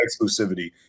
exclusivity